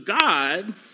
God